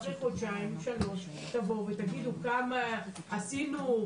אחרי חודשיים או שלושה תבואו ותגידו כמה עשינו.